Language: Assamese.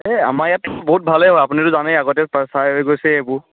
এই আমাৰ ইয়াতো বহুত ভালেই হয় আপুনিতো জানেই আগতে চাই হৈ গৈছেই এইবোৰ